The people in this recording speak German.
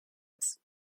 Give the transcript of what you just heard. ist